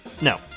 No